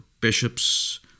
bishops